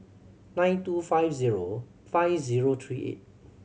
nine two five zero five zero three eight